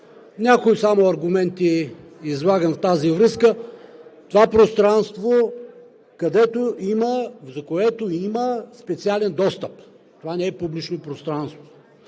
някои аргументи в тази връзка – това е пространство, за което има специален достъп. Това не е публично пространство,